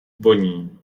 voní